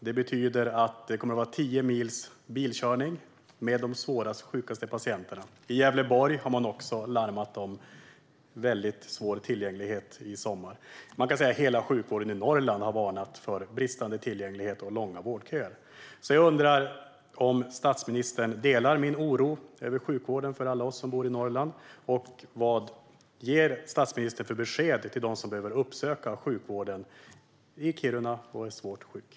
Det betyder att det kommer att vara tio mils bilkörning för de svårast sjuka patienterna. I Gävleborg har man också larmat om stora problem med tillgängligheten i sommar. Man kan säga att sjukvården i hela Norrland har varnat för bristande tillgänglighet och långa vårdköer. Jag undrar om statsministern delar min oro över sjukvården för alla oss som bor i Norrland. Vad ger statsministern för besked till dem som behöver uppsöka sjukvården i Kiruna och är svårt sjuka?